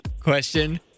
Question